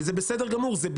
וזה בסדר גמור שהיא תקבל,